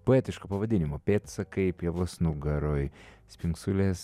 poetiškų pavadinimų pėdsakai pievos nugaroj spingsulės